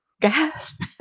gasp